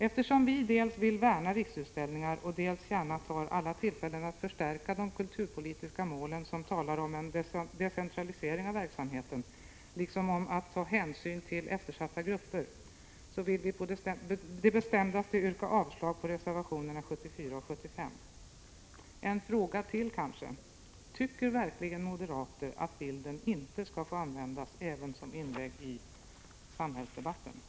Eftersom vi dels vill värna Riksutställningar, dels gärna vill begagna alla tillfällen att förstärka de kulturpolitiska målen som talar om en decentralisering av verksamhet, liksom om att ta hänsyn till eftersatta grupper, yrkar vi på det bestämdaste avslag på reservationerna 74 och 75. Sedan ytterligare en fråga: Tycker verkligen moderaterna att bilden inte skall få användas även som inlägg i samhällsdebatten? Prot.